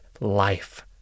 life